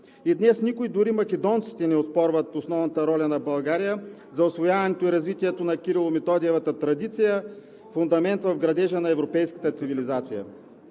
И днес никой, дори македонците не оспорват основната роля на България за усвояването и развитието на Кирило-Методиевата традиция – фундамент в градежа на европейската цивилизация.